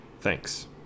Thanks